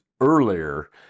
earlier